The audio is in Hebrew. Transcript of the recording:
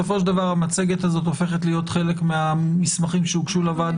המצגת הזאת הופכת להיות חלק מהמסמכים שהוגשו לוועדה.